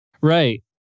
Right